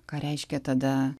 ką reiškia tada